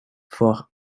fort